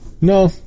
No